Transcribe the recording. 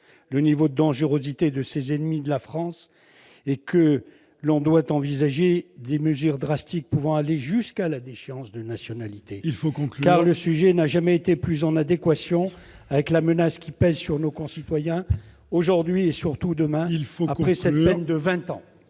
Le niveau de dangerosité de ces ennemis de la France est tel que l'on doit envisager des mesures drastiques pouvant aller jusqu'à la déchéance de nationalité. Il faut conclure ! Cette mesure n'a jamais été plus en adéquation avec la menace qui pèse sur nos concitoyens, aujourd'hui et, surtout, demain, après que cette peine